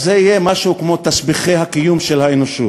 אז זה יהיה משהו כמו תסביכי הקיום של האנושות.